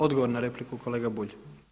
Odgovor na repliku kolega Bulj.